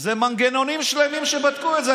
זה מנגנונים שלמים שבדקו את זה.